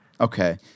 okay